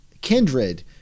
Kindred